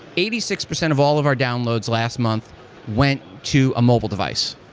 eighty six percent of all of our downloads last month went to a mobile device.